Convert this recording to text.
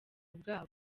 bwabo